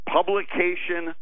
Publication